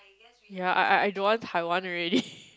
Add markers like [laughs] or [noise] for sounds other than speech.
ya I I don't want Taiwan already [laughs]